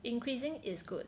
increasing is good